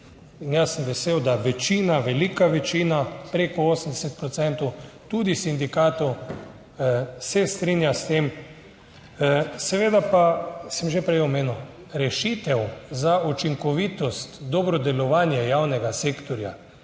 In jaz sem vesel, da večina, velika večina, preko 80 procentov tudi sindikatov se strinja s tem. Seveda pa sem že prej omenil, rešitev za učinkovitost, dobro delovanje javnega sektorja